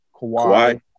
Kawhi